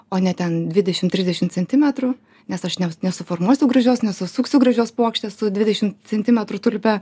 o ne ten dvidešim trisdešim centimetrų nes aš ne nesuformuosiu gražios nesusuksiu gražios puokštės su dvidešim centimetrų tulpe